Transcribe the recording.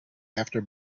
after